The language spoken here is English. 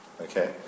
Okay